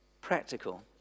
practical